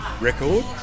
record